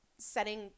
setting